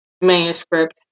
manuscript